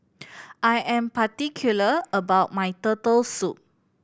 I am particular about my Turtle Soup